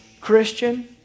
Christian